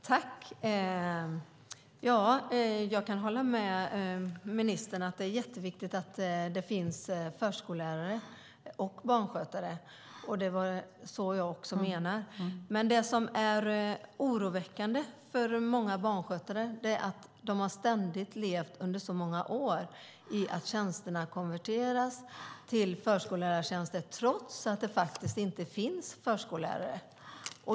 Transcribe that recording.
Fru talman! Jag kan hålla med ministern om att det är jätteviktigt att det finns förskollärare och barnskötare. Det var så jag också menade. Det som är oroväckande för många barnskötare är dock att de ständigt, under så många år, har levt med att tjänsterna konverteras till förskollärartjänster trots att det faktiskt inte finns förskollärare.